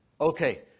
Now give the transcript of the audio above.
Okay